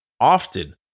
Often